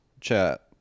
chat